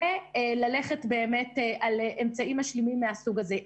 וללכת באמת על אמצעים משלימים מהסוג הזה,